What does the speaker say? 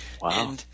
Wow